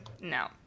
no